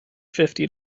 fifty